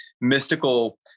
mystical